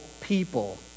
people